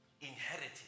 inherited